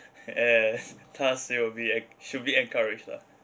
and thus you will be act~ you will be encouraged lah